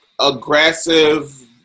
aggressive